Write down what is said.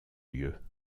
lieu